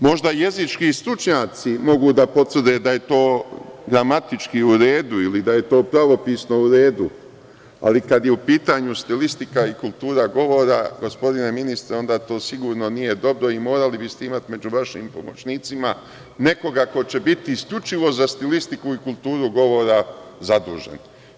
Možda jezički stručnjaci mogu da potvrde da je to gramatički u redu ili da je to pravopisno u redu, ali kada je u pitanju stilistika i kultura govora, gospodine ministre, onda to sigurno nije dobro i morali biste imati među vašim pomoćnicima nekoga ko će biti isključivo za stilistiku i kulturu govora zadužen.